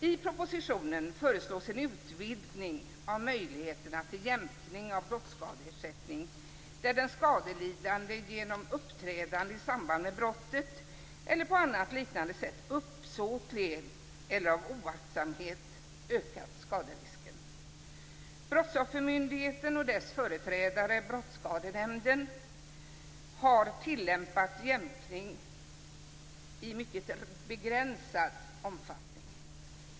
I propositionen föreslås en utvidgning av möjligheterna till jämkning av brottsskadeersättning där den skadelidande genom sitt uppträdande i samband med brottet eller på annat, liknande sätt uppsåtligen eller av oaktsamhet ökat skaderisken. Brottsoffermyndigheten och dess företrädare Brottsskadenämnden har tillämpat jämkning i mycket begränsad omfattning.